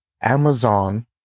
amazon